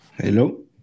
Hello